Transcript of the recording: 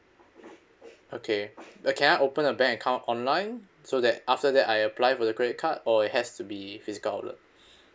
okay uh can I open a bank account online so that after that I apply for the credit card or it has to be physical outlet